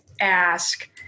ask